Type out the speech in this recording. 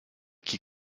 qui